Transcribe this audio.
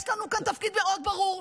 יש לנו כאן תפקיד מאוד ברור,